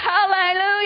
Hallelujah